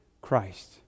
Christ